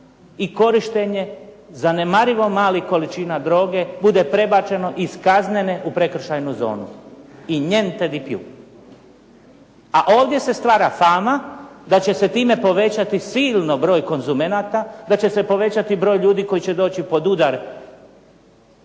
i korištenje zanemarivo malih količina droge bude prebačeno iz kaznene u prekršajnu zonu i njen .../Govornik se ne razumije./... A ovdje se stvara fama da će se time povećati silno broj konzumenata, da će se povećati broj ljudi koji će doći pod udar